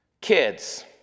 kids